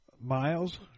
Miles